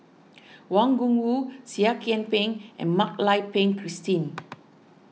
Wang Gungwu Seah Kian Peng and Mak Lai Peng Christine